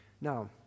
Now